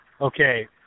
okay